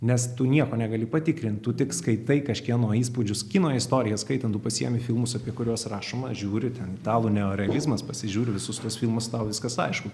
nes tu nieko negali patikrint tu tik skaitai kažkieno įspūdžius kino istoriją skaitant tu pasiimi filmus apie kuriuos rašoma žiūri ten italų neorealizmas pasižiūri visus tuos filmus tau viskas aišku